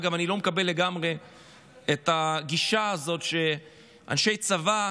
אגב, אני לא מקבל לגמרי את הגישה הזאת שאנשי צבא,